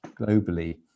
globally